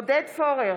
עודד פורר,